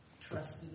trusted